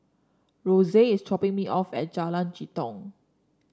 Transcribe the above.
Roxane is dropping me off at Jalan Jitong